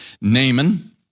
Naaman